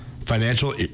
financial